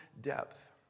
depth